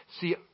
see